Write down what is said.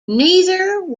neither